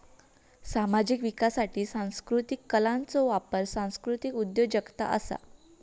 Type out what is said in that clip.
सामाजिक विकासासाठी सांस्कृतीक कलांचो वापर सांस्कृतीक उद्योजगता असा